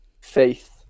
Faith